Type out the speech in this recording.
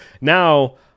Now